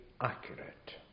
accurate